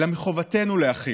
אלא מחובתנו להכיל.